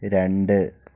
രണ്ട്